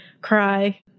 cry